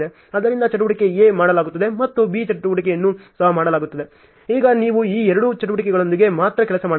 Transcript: ಆದ್ದರಿಂದ ಚಟುವಟಿಕೆ A ಮಾಡಲಾಗುತ್ತದೆ ಮತ್ತು B ಚಟುವಟಿಕೆಯನ್ನು ಸಹ ಮಾಡಲಾಗುತ್ತದೆ ಈಗ ನೀವು ಈ ಎರಡು ಚಟುವಟಿಕೆಗಳೊಂದಿಗೆ ಮಾತ್ರ ಕೆಲಸ ಮಾಡಬೇಕು